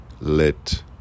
let